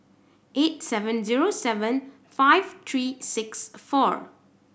eight seven zero seven five three six four